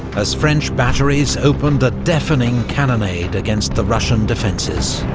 as french batteries opened a deafening cannonade against the russian defences.